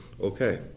okay